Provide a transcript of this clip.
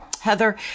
Heather